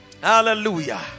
Hallelujah